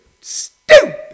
stupid